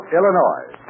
Illinois